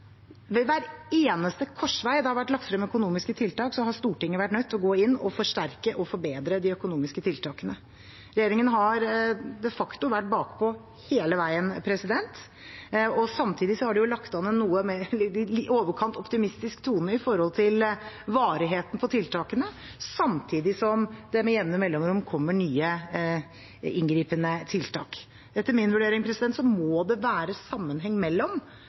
Ved hver eneste korsvei hvor det har vært lagt frem økonomiske tiltak, har Stortinget vært nødt til å gå inn og forsterke og forbedre de økonomiske tiltakene. Regjeringen har de facto vært bakpå hele veien. De har også lagt an en i overkant optimistisk tone når det gjelder varigheten på tiltakene, samtidig som det med jevne mellomrom kommer nye inngripende tiltak. Etter min vurdering må det være en sammenheng mellom